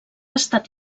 estat